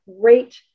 great